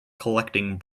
collecting